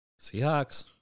Seahawks